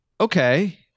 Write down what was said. Okay